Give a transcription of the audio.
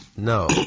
No